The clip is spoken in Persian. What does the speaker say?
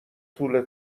طول